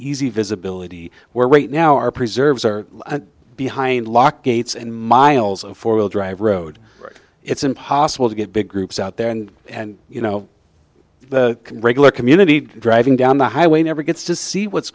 easy visibility where right now our preserves are behind locked gates and miles of four wheel drive road it's impossible to get big groups out there and and you know the regular community driving down the highway never gets to see what's